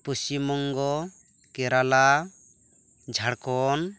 Paschim Banga Kerala Jharkhand